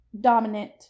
dominant